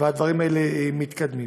והדברים האלה מתקדמים.